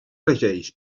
regeix